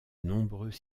nombreux